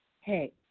hey